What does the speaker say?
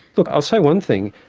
look, i'll say one thing,